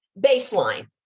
baseline